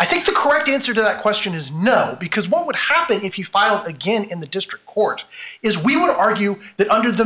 i think the correct answer to that question is no because what would happen if you file again in the district court is we would argue that under the